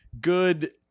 good